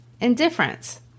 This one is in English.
indifference